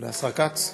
אולי השר כץ?